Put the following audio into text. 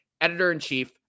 editor-in-chief